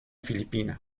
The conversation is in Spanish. filipina